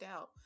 out